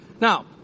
Now